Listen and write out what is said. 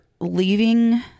leaving